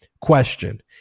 Question